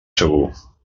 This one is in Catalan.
segur